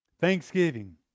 Thanksgiving